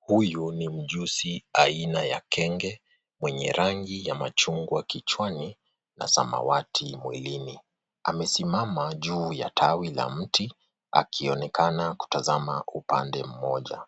Huyu ni mjusi aina ya kenge, mwenye rangi ya machungwa kichwani na samawati mwilini. Amesimama juu ya tawi la mti, akionekana kutazama upande mmoja.